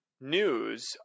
news